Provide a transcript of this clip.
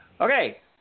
Okay